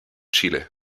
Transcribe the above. chile